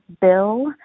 bill